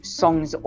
songs